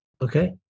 Okay